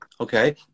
Okay